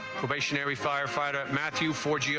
firefighter matthew ford. yeah